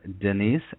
Denise